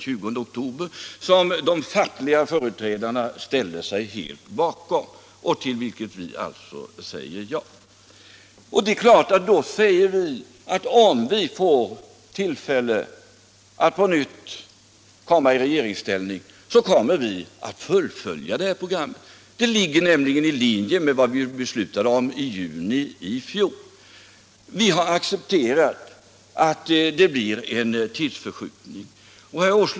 Styrelsen antog förslaget, om jag kommer ihåg rätt, den 20 oktober. Det är till det förslaget som vi säger ja. Och det är klart att vi då säger: Om vi får tillfälle att på nytt komma i regeringsställning skall vi fullfölja det här programmet. Det ligger nämligen i linje med vad vi beslutade om i juni i fjol. Vi har accepterat att det blir en tidsförskjutning.